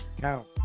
count